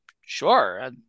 sure